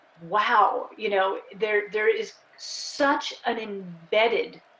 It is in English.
wow, you know? there there is such an embedded